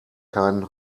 keinen